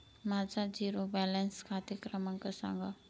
माझा zero balance खाते क्रमांक सांगा